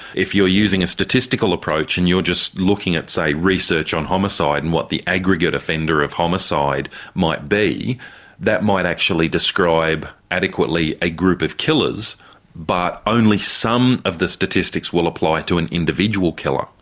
if you're using a statistical approach and you're just looking at say research on homicide and what the aggregate offender of homicide might be that might accurately describe adequately a group of killers but only some of the statistics will apply to an individual killer.